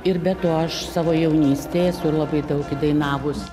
ir be to aš savo jaunystėj esu labai daug dainavus